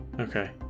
okay